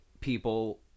people